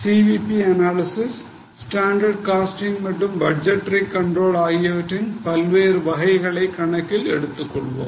CVP analysis standard costing மற்றும் budgetary control ஆகியவற்றின் பல்வேறு வகைகளை கணக்கில் எடுத்துக்கொள்வோம்